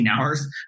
hours